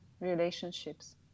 relationships